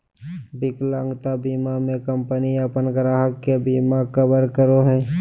विकलांगता बीमा में कंपनी अपन ग्राहक के बिमा कवर करो हइ